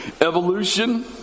Evolution